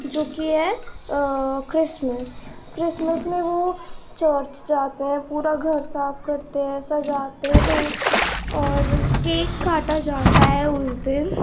جو کہ ہے کرسمس کرسمس میں وہ چرچ جاتے ہیں پورا گھر صاف کرتے ہیں سجاتے ہیں اور کیک کاٹا جاتا ہے اس دن